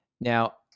Now